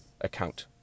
account